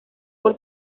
por